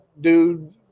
dude